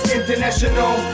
international